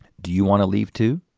do you wanna leave too?